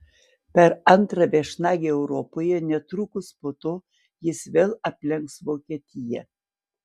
per antrą viešnagę europoje netrukus po to jis vėl aplenks vokietiją